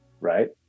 right